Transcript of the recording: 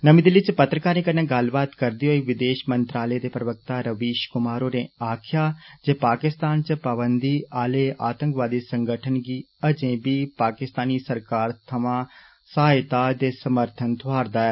नमीं दिल्ली च पत्रकारें कन्नै गल्लबात करदे होई विदेष मंत्रालय दे प्रवक्ता रवीष कुमार होरें आक्खेआ ऐ जे पाकिस्तान च पाबंदी आले आतंकवादी संगठनें गी अजें बी पाकिस्तानी सरकार थमां सहायता ते समर्थन थ्होआ'रदा ऐ